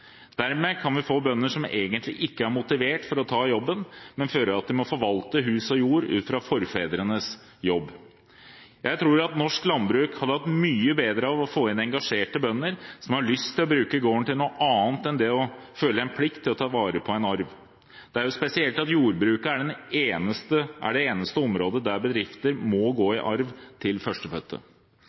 Dermed kan vi få bønder som egentlig ikke er motivert for å ta jobben, men føler at de må forvalte hus og jord ut fra forfedrenes jobb. Jeg tror at norsk landbruk hadde hatt mye bedre av å få inn engasjerte bønder som har lyst til å bruke gården til noe annet enn det å føle en plikt til å ta vare på en arv. Det er spesielt at jordbruket er det eneste området der bedrifter må gå i arv til førstefødte.